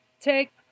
take